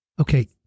Okay